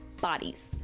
bodies